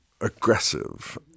aggressive